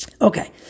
Okay